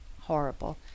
horrible